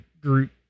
group